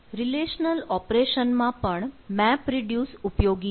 relational operation માં પણ map reduce ઉપયોગી છે